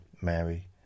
Mary